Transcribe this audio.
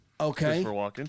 Okay